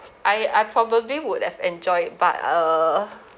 I I probably would have enjoyed but uh